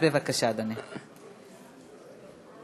בבקשה, אדוני.